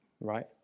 Right